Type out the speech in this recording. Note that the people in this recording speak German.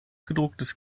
gedrucktes